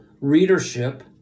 readership